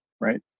right